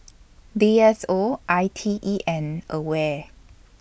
D S O I T E and AWARE